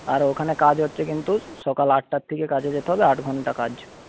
আর ওখানে কাজ হচ্ছে কিন্তু সকাল আটটা থেকে কাজে যেতে হবে আট ঘণ্টা কাজ